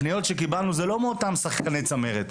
הפניות שקיבלנו זה לא מאותם שחקני צמרת,